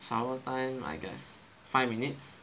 shower time I guess five minutes